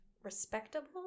respectable